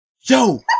Yo